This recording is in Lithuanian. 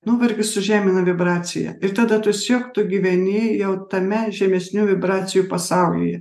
nuovargis sužemina vibraciją ir tada tiesiog tu gyveni jau tame žemesnių vibracijų pasaulyje